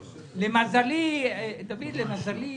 דוד, למזלי,